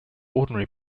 ordinary